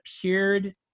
appeared